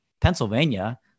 Pennsylvania